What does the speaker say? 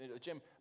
Jim